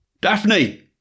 Daphne